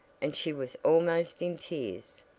and she was almost in tears,